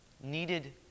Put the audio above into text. needed